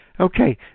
Okay